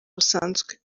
busanzwe